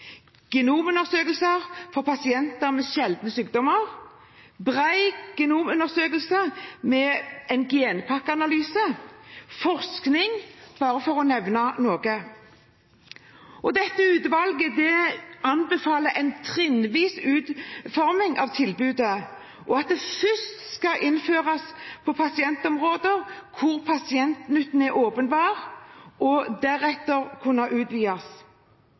genomundersøkelser for pasienter med sjeldne sykdommer, bred genomundersøkelse med en genpakkeanalyse og forskning – bare for å nevne noe. Utvalget anbefaler en trinnvis utforming av tilbudet, at det først skal innføres på pasientområder der pasientnytten er åpenbar, og deretter kunne utvides.